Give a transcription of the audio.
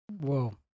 Whoa